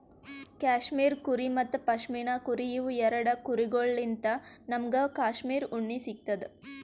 cashmere ಕುರಿ ಮತ್ತ್ ಪಶ್ಮಿನಾ ಕುರಿ ಇವ್ ಎರಡ ಕುರಿಗೊಳ್ಳಿನ್ತ್ ನಮ್ಗ್ ಕ್ಯಾಶ್ಮೀರ್ ಉಣ್ಣಿ ಸಿಗ್ತದ್